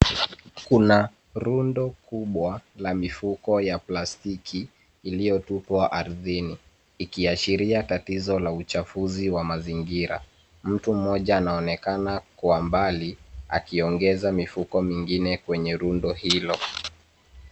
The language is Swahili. Kuna rundo kubwa la mifuko ya plastiki iliyotupwa ardhini ikiashiria tatizo la uchafuzi wa mazingira. Mtu mmoja anaonekana kwa mbali akiongeza mifuko mingine kwenye rundo hilo.